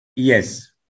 Yes